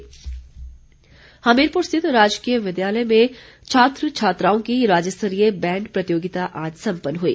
भारद्वाज हमीरपुर स्थित राजकीय विद्यालय में छात्र छात्राओं की राज्यस्तरीय बैंड प्रतियोगिता आज सम्पन्न हई